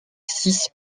six